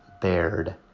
bared